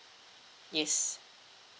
yes